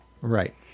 Right